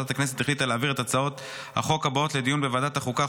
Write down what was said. ועדת הכנסת החליטה להעביר את הצעות החוק הבאות לדיון בוועדת החוקה,